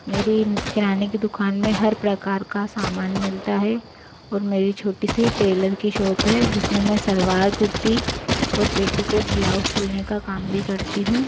मेरी किराने की दुकान में हर प्रकार का सामान मिलता है और मेरी छोटी सी टेलर की शोप है जिसमें मैं सलवार कुर्ती और पेटीकोट ब्लाउज़ सिलने का काम भी करती हूँ